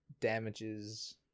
damages